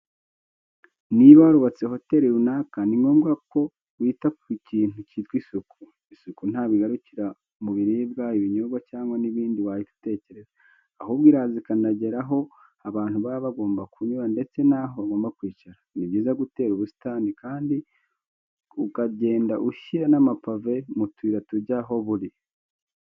Niba warubatse hoteri runaka ni ngombwa ko wita ku kintu cyitwa isuku. Isuku ntabwo igarukira mu biribwa, ibinyobwa cyangwa n'ibindi wahita utekereza, ahubwo iraza ikanagera aho abantu baba bagomba kunyura ndetse n'aho bagomba kwicara. Ni byiza gutera ubusitani kandi ukagenda ushyira n'amapave mu tuyira tujya aho buri.